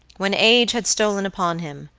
when age had stolen upon him,